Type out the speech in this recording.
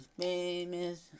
famous